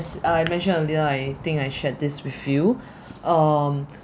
as I mentioned earlier I think I shared this with you um